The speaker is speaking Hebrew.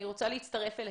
אני רוצה להצטרף אליכם.